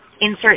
insert